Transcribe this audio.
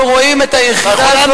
אנחנו רואים את היחידה הזו